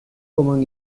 comment